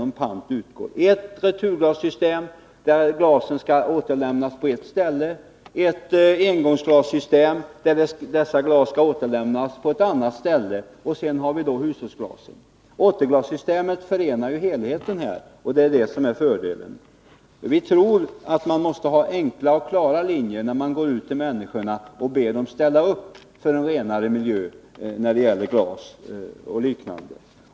Det skulle bli ett returglassystem, där glasen skulle återlämnas på ett visst ställe, och ett engångsglassystem, där glasen skulle återlämnas på ett annat ställe, och sedan skulle vi också ha hushållsglasen. Ett återglassystem innebär en helhet, och det är fördelen. Jag tror också att man måste ha enkla och klara linjer när man går ut till människorna och ber dem ställa upp för renare miljö när det gäller glas o.d.